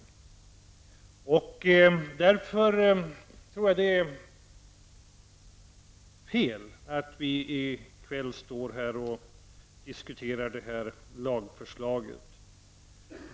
Jag tror därför att det är fel att vi i kväll står här och diskuterar detta lagförslag.